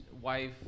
wife